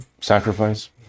sacrifice